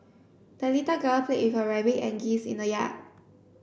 the little girl played with her rabbit and geese in the yard